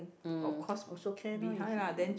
mm also can loh if you